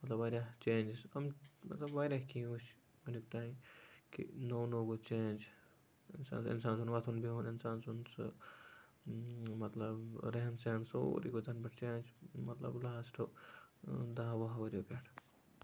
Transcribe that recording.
مطلب واریاہ جینجز یِم مطلب واریاہ کیٚنہہ وٕچھ ؤنیُک تام کہِ نوٚو نوٚو گوو چینج ییٚمہِ ساتہٕ اِنسان سُند ۄتھُن بِہُن اِنسان سُند سُہ مطلب ریہَن سیہَن سورُے گوو تَنہٕ پٮ۪ٹھ چینج مطلب لاسٹہٕ دَہو وُہو ؤریو پٮ۪ٹھ